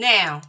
Now